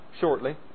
shortly